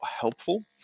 helpful